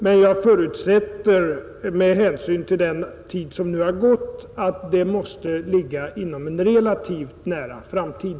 Men med hänsyn till den tid som nu har gått förutsätter jag att det måste bli inom en relativt nära framtid.